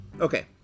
Okay